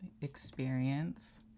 experience